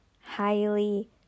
highly